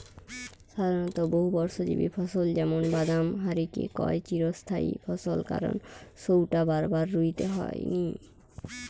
সাধারণত বহুবর্ষজীবী ফসল যেমন বাদাম হারিকে কয় চিরস্থায়ী ফসল কারণ সউটা বারবার রুইতে হয়নি